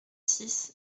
six